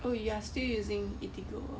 oh you are still using ah